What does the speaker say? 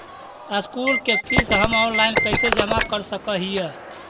School के fees हम online कैसे जमा कर सक हिय?